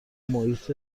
محیط